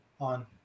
on